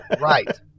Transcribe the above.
Right